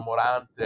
Morante